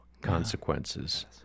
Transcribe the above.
consequences